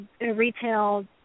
retail